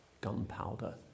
gunpowder